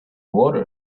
water